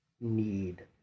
need